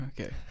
Okay